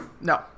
No